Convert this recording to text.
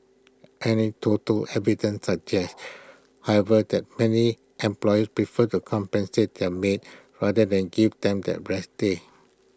anecdotal evidence suggests however that many employers prefer to compensate their maids rather than give them that rest day